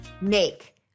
Make